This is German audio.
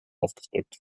aufgedrückt